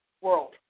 world